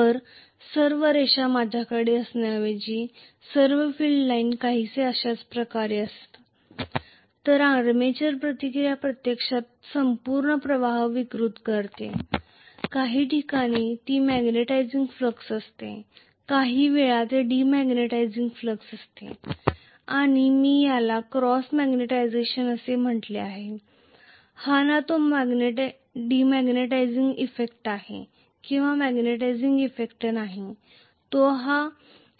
तर सर्व रेषा माझ्याकडे असण्याऐवजी सर्व फील्ड लाईन काहीसे अशाच प्रकारे जात आहेत तर आर्मेचर प्रतिक्रिया प्रत्यक्षात संपूर्ण प्रवाह विकृत करते काही ठिकाणी ती मॅग्नेटिझींग फ्लक्स असते काही वेळा ते डिमग्नेटायझिंग फ्लक्स असते आणि मी याला क्रॉस मॅग्निटायझेशन असे म्हटले आहे हा ना तो डीमॅग्नेटिझिंग इफेक्ट आहे किंवा मॅग्नेटिझिंग इफेक्ट नाही तो